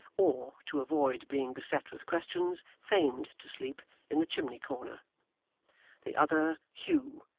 or, to avoid being beset with questions, feigned to sleep, in the chimney-corner the other, hugh,